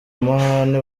amahane